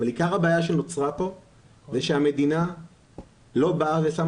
אבל עיקר הבעיה שנוצרה פה היא שהמדינה לא באה ושמה